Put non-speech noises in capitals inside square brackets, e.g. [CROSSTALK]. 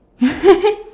[LAUGHS]